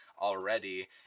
already